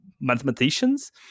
mathematicians